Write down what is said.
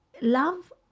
love